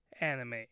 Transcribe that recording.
anime